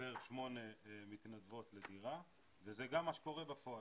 פר שמונה מתנדבות לדירה וזה גם מה שקורה בפועל.